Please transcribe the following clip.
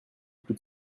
plus